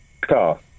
Car